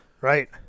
Right